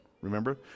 Remember